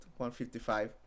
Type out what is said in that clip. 155